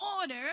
order